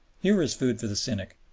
here is food for the cynic.